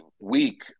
week